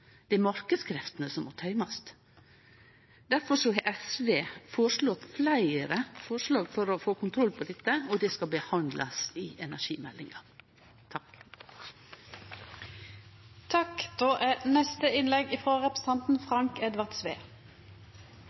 Det er marknadskreftene som må tøymast. Difor har SV fremja fleire forslag for å få kontroll på dette, og det skal behandlast i energimeldinga. Litt tidlegare i dag høyrde eg på representanten